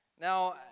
Now